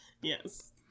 Yes